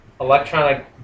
electronic